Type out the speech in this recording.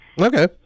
Okay